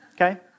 okay